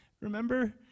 remember